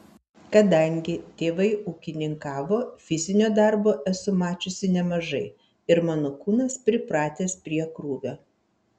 kadangi tėvai ūkininkavo fizinio darbo esu mačiusi nemažai ir mano kūnas pripratęs prie krūvio